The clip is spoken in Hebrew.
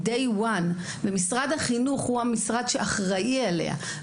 ומשרד החינוך הוא המשרד שאחראי עליה,